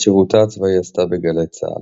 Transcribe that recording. את שירותה הצבאי עשתה בגלי צה"ל.